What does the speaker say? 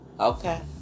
okay